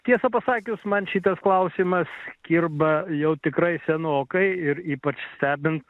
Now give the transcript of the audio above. tiesą pasakius man šitas klausimas kirba jau tikrai senokai ir ypač stebint